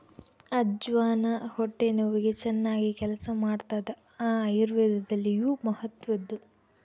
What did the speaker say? ಅಜ್ವಾನ ಹೊಟ್ಟೆ ನೋವಿಗೆ ಚನ್ನಾಗಿ ಕೆಲಸ ಮಾಡ್ತಾದ ಆಯುರ್ವೇದದಲ್ಲಿಯೂ ಮಹತ್ವದ್ದು